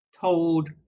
told